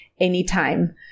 anytime